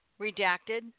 Redacted